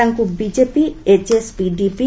ତାଙ୍କୁ BJP HS P DP